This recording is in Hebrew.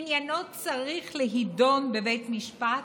עניינו צריך להידון בבית משפט,